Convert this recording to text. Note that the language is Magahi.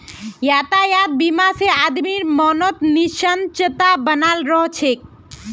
यातायात बीमा से आदमीर मनोत् निश्चिंतता बनाल रह छे